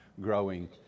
growing